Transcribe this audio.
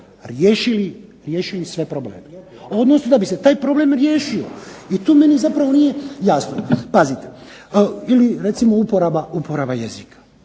riješili sve probleme, odnosno da bi se taj problem riješio. I tu meni zapravo nije jasno, pazite, ili recimo uporaba jezika.